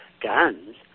guns